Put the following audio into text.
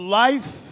life